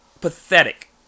pathetic